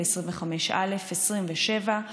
25א ו-27,